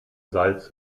salz